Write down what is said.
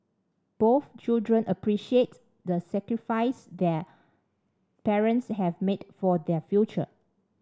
both children appreciate the sacrifice their parents have made for their future